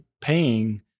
paying